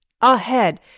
ahead